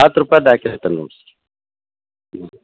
ಹತ್ತು ರೂಪಾಯ್ದು ಹಾಕೀರ್ತೆನ್ ನೋಡಿರಿ ಹ್ಞೂ